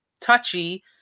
touchy